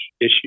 issue